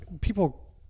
people